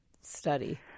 study